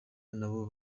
nabo